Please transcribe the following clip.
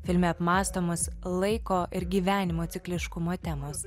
filme apmąstomas laiko ir gyvenimo cikliškumą temos